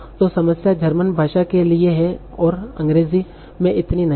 तो समस्या जर्मन भाषा के लिए है पर अंग्रेजी में इतनी नहीं है